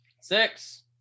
Six